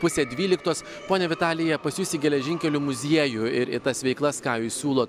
pusė dvyliktos ponia vitalija pas jus į geležinkelių muziejų ir į tas veiklas ką jūs siūlo